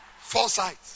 foresight